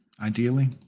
Ideally